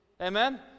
Amen